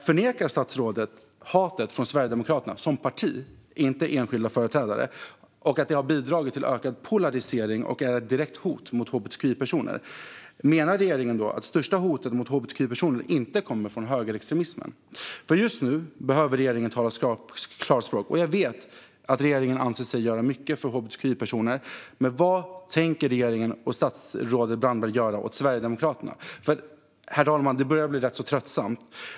Förnekar statsrådet hatet från Sverigedemokraterna som parti - inte från enskilda företrädare - och att det har bidragit till ökad polarisering och är ett direkt hot mot hbtqi-personer? Menar regeringen att det största hotet mot hbtqi-personer inte kommer från högerextremismen? Just nu behöver regeringen tala klarspråk, och jag vet att regeringen anser sig göra mycket för hbtqi-personer. Men vad tänker regeringen och statsrådet Brandberg göra åt Sverigedemokraterna? Herr talman! Det börjar bli rätt så tröttsamt.